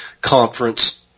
conference